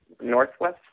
northwest